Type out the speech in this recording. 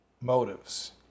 motives